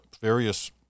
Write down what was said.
various